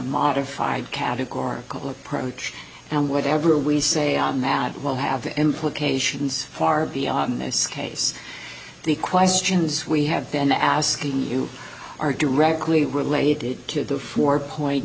modified categorical approach and whatever we say on that will have implications far beyond this case the questions we have been asking you are directly related to the four point